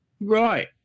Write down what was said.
Right